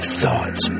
thoughts